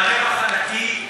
והרווח הנקי,